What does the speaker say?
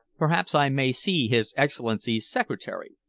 perhaps i may see his excellency's secretary?